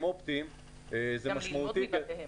גם ללמוד מבתיהם.